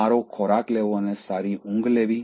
સારો ખોરાક લેવો અને સારી ઊંઘ લેવી